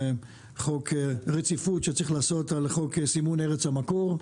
חוק רציפות שצריך לעשות על חוק סימון ארץ המקור.